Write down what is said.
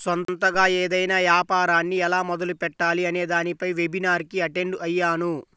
సొంతగా ఏదైనా యాపారాన్ని ఎలా మొదలుపెట్టాలి అనే దానిపై వెబినార్ కి అటెండ్ అయ్యాను